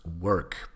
work